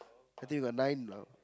I think_got nine lah